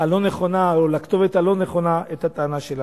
הלא-נכונה את הטענה שלנו.